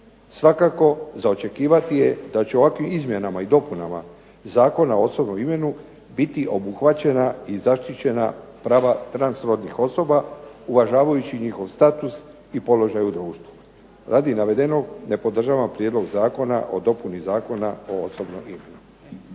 Svakako za očekivati je da će ovakvim izmjenama i dopunama Zakona o osobnom imenu biti obuhvaćena i zaštićena prava transrodnih osoba uvažavajući njihov status i položaj u društvu. Radi navedenog ne podržavam Prijedlog zakona o dopuni Zakona o osobnom imenu.